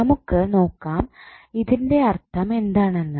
നമുക്ക് നോക്കാം ഇതിൻ്റെ അർത്ഥം എന്താണെന്ന്